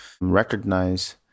recognize